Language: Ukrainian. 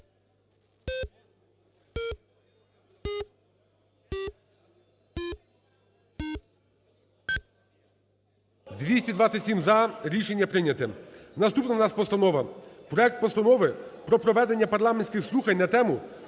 За-227 Рішення прийнято. Наступна в нас постанова. Проект Постанови про проведення парламентських слухань на тему: